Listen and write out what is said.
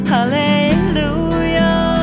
Hallelujah